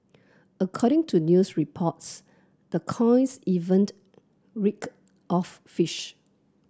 according to news reports the coins even reeked of fish